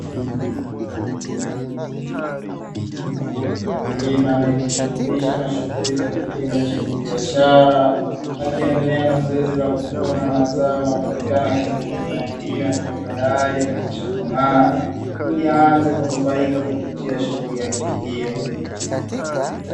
Mkulima anayejishughulisha na shughuli za kilimo cha kibiashara, akiendelea na zoezi la kuvuna mazao yanayopatikana katika mimea hiyo, ambayo tayari yameshakomaa ili aanze kunufaika kupitia shughuli yake hiyo.